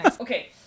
Okay